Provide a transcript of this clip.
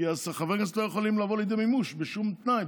כי חברי הכנסת לא יכולים לבוא לידי מימוש בשום תנאי,